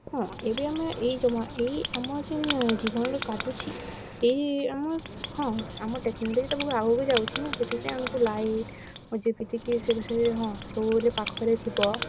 ହଁ ଏବେ ଆମେ ଏହି ଜମା ଏଇ ଆମ ଯେନ୍ ଜୀବନରୁ କାଟୁଛି ଏହି ଆମ ହଁ ଆମ ଟେକ୍ନୋଲୋଜିଟା ବହୁତ ଆଗକୁ ବି ଯାଉଛି ନା ସେଥିପାଇଁ ଆମକୁ ଲାଇଟ୍ ଯେମିତିକି ସେ ସେ ହଁ ସବୁବେଳେ ପାଖରେ ଥିବ